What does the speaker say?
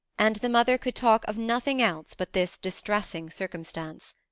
and the mother could talk of nothing else but this distressing circumstance.